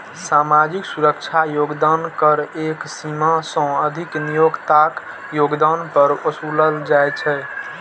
सामाजिक सुरक्षा योगदान कर एक सीमा सं अधिक नियोक्ताक योगदान पर ओसूलल जाइ छै